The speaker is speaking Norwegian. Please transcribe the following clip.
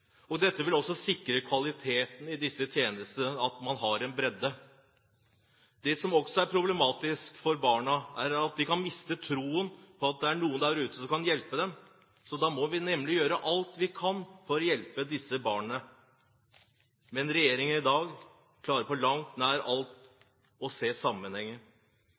vil også sikre kvaliteten på disse tjenestene. Det som også er problematisk for barna, er at de kan miste troen på at det er noen der ute som kan hjelpe dem. Så da må vi gjøre alt vi kan for å hjelpe disse barna, men regjeringen klarer i dag på langt nær å se sammenhengen. Det er viktig å se